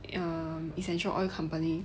um essential oil company